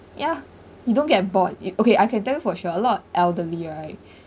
ya you don't get bored it okay I can tell you for sure a lot of elderly right